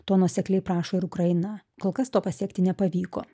to nuosekliai prašo ir ukrainą kol kas to pasiekti nepavyko